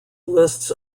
lists